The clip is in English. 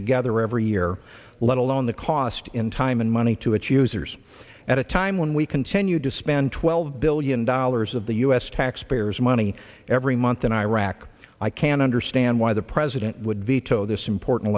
together every year let alone the cost in time and money to it users at a time when we continue to spend twelve billion dollars of the u s taxpayers money every month in iraq i can understand why the president would veto this important